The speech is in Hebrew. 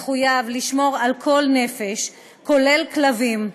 מחויב לשמור על כל נפש, כולל כלבים.